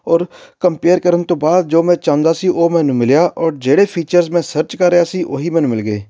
ਔਰ ਕੰਪੇਅਰ ਕਰਨ ਤੋਂ ਬਾਅਦ ਜੋ ਮੈਂ ਚਾਹੁੰਦਾ ਸੀ ਉਹ ਮੈਨੂੰ ਮਿਲਿਆ ਔਰ ਜਿਹੜੇ ਫੀਚਰ ਮੈਂ ਸਰਚ ਕਰ ਰਿਹਾ ਸੀ ਉਹੀ ਮੈਨੂੰ ਮਿਲ ਗਏ